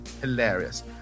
hilarious